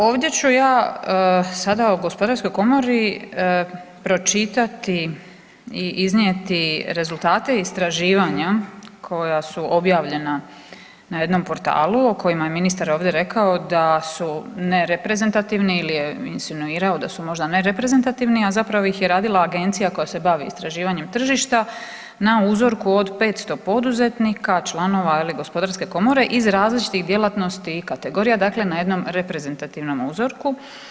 Ovdje ću ja sada o Gospodarskoj komori pročitati i iznijeti rezultate istraživanja koja su objavljena na jednom portalu o kojima je ministar ovdje rekao da su nereprezentativni ili je insinuirao da su možda nereprezentativni, a zapravo ih je radila Agencija koja se bavi istraživanjem tržišta na uzorku od 500 poduzetnika, članova Gospodarske komore iz različitih djelatnosti i kategorija, dakle na jednom reprezentativnom uzorku.